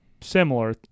similar